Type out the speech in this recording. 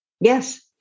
Yes